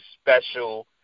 special